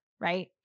right